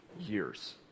years